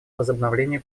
возобновлению